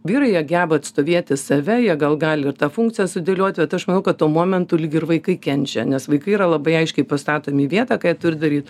vyrai jie geba atstovėti save jie gal gali ir tą funkciją sudėlioti bet aš manau kad tuo momentu lyg ir vaikai kenčia nes vaikai yra labai aiškiai pastatomi į vietą ką jie turi daryt